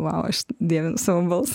vau aš dievinu savo balsą